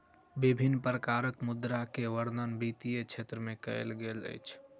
विभिन्न प्रकारक मुद्रा के वर्णन वित्तीय क्षेत्र में कयल गेल अछि